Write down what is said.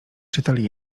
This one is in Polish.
czytali